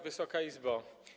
Wysoka Izbo!